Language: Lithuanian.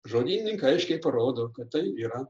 žodynai aiškiai parodo kad tai yra